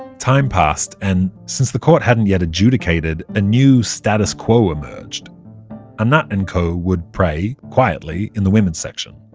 time passed and since the court hadn't yet adjudicated, a new status quo emerged anat and co. would pray, quietly, in the women's section.